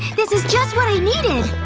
this is just what i needed!